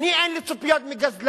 אני, אין לי ציפיות מגזלן.